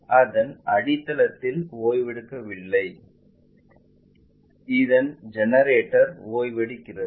இதன் அடித்தளத்தில் ஓய்வெடுக்கவில்லை இதன் ஜெனரேட்டர் ஓய்வெடுக்கிறது